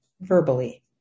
verbally